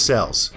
Cells